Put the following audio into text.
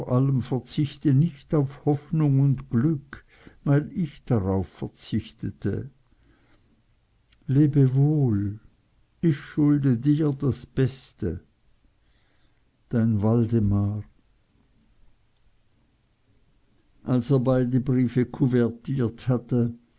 allem verzichte nicht auf hoffnung und glück weil ich darauf verzichtete lebe wohl ich schulde dir das beste dein waldemar als er beide briefe couvertiert hatte